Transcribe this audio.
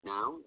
Now